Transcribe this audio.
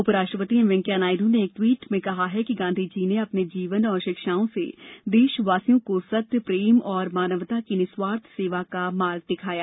उप राष्ट्रपति एम वेंकैया नायड् ने एक ट्वीट संदेश में कहा है कि गांधीजी ने अपने जीवन और शिक्षाओं से देशवासियों को सत्यप्रेम और मानवता की निःस्वार्थ सेवा का मार्ग दिखाया